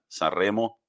Sanremo